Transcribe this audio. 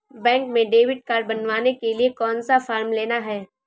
Bank में debit card बनवाने के लिए कौन सा फॉर्म लेना है?